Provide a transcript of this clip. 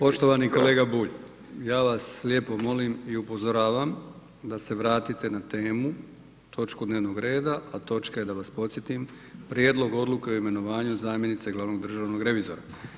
Poštovani kolega Bulj, ja vas lijepo molim i upozoravam da se vratite na temu, točku dnevnog reda, a točka je, da vas podsjetim, Prijedlog Odluke o imenovanju zamjenice glavnog državnog revizora.